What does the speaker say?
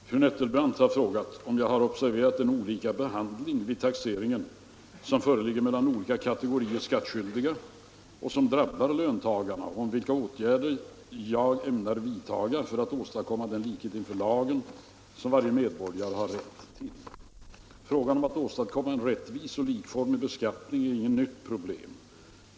Herr talman! Fru Nettelbrandt har frågat mig, om jag har observerat den olikabehandling vid taxeringen som föreligger mellan olika kategorier skattskyldiga och som drabbar löntagarna, och vilka åtgärder jag ämnar vidta för att åstadkomma den likhet inför lagen som varje medborgare har rätt till. Frågan om att åstadkomma en rättvis och likformig beskattning är inget nytt problem.